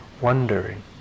wondering